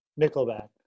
Nickelback